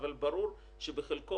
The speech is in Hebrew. אבל ברור שבחלקו,